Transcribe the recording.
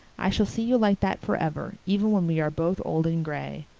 i shall see you like that for ever, even when we are both old and gray.